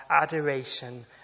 adoration